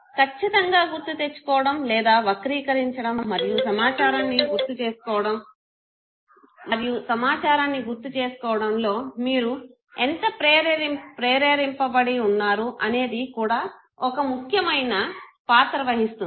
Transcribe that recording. ఖచ్చితంగా గుర్తు తెచ్చుకోవడం లేదా వక్రీకరించడం మరియు సమాచారాన్ని గుర్తు చేసుకోవడంలో మీరు ఎంత ప్రేరేరింపబడి వున్నారు అనేది కూడా ఒక ముఖ్యమైన పాత్ర వహిస్తుంది